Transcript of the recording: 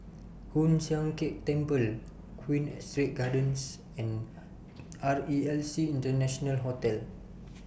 Hoon Sian Keng Temple Queen Astrid Gardens and R E L C International Hotel